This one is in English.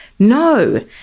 no